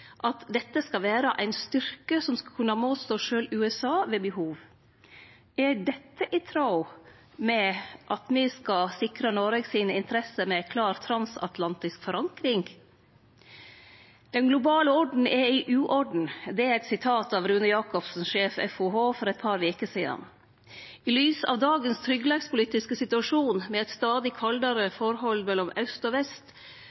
at dette skal vere ein styrke som skal kunne motstå sjølv USA ved behov. Er dette i tråd med at me skal sikre Noregs interesser med ei klar transatlantisk forankring? Den globale orden er i uorden – sa Rune Jakobsen, sjef FOH, Forsvarets operative hovedkvarter, for eit par veker sidan. I lys av dagens tryggleikspolitiske situasjon, med eit stadig kaldare forhold mellom aust og vest,